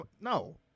no